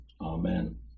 amen